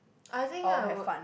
I think I would